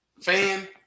fan